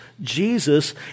Jesus